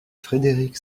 frédéric